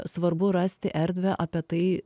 svarbu rasti erdvę apie tai